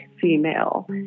female